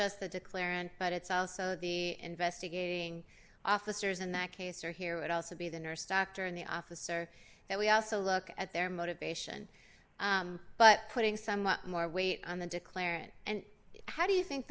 just the declarant but it's also the investigating officers in that case or here would also be the nurse doctor and the officer that we also look at their motivation but putting some more weight on the declarant and how do you think